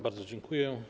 Bardzo dziękuję.